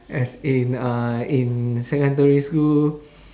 as in uh in secondary school